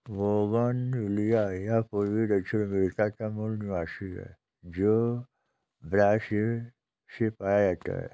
bougainvillea यह पूर्वी दक्षिण अमेरिका का मूल निवासी है, जो ब्राज़ से पाया जाता है